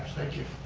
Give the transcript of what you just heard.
thank you.